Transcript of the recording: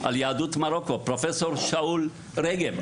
על יהדות מרוקו; פרופ' שאול רגב,